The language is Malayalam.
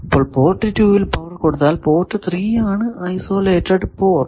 അപ്പോൾ പോർട്ട് 2 ൽ പവർ കൊടുത്താൽ പോർട്ട് 3 ആണ് ഐസൊലേറ്റഡ് പോർട്ട്